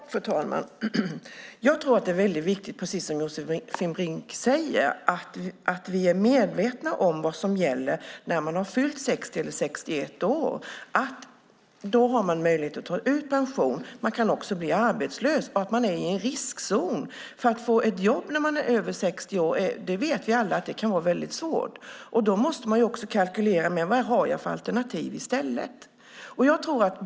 Fru talman! Jag tror att det är viktigt, precis som Josefin Brink säger, att vi är medvetna om vad som gäller när man har fyllt 60 eller 61 år. Då har man möjlighet att ta ut pension, men man kan också bli arbetslös, och man är i en riskzon. Att få ett jobb när man är över 60 kan - det vet vi alla - vara väldigt svårt. Då måste man kalkylera med de alternativ man har.